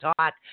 talk